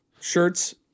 Shirts